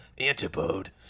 Antipode